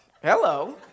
hello